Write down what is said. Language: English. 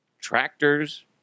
Tractors